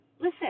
Listen